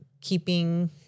keeping